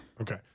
Okay